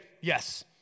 Yes